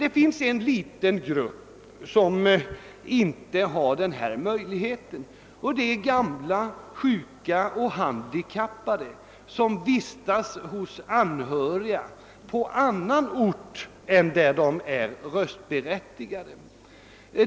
Det finns emellertid en liten grupp som inte har denna möjlighet, nämligen gamla, sjuka och handikappade som vistas hos anhöriga på annan ort än där de är röstberättigade.